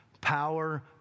power